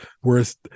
whereas